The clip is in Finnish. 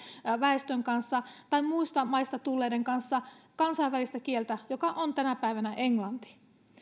väestön kanssa tai muista maista tulleiden kanssa kansainvälistä kieltä joka on tänä päivänä englanti